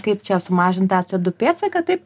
kaip čia sumažint tą co du pėdsaką taip